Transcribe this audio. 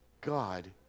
God